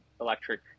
electric